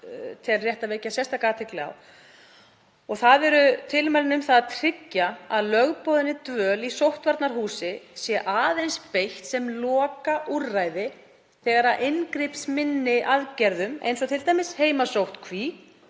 tel rétt að vekja sérstaka athygli á, eru tilmæli um að tryggja að lögboðinni dvöl í sóttvarnahúsi sé aðeins beitt sem lokaúrræði þegar inngripsminni aðgerðir, eins og t.d. heimasóttkví